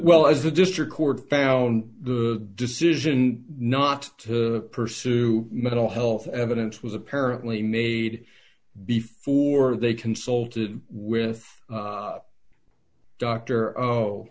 well as the district court found the decision not to pursue mental health evidence was apparently made before they consulted with doctor